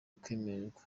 kwemererwa